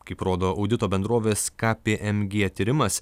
kaip rodo audito bendrovės kpmg tyrimas